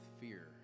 fear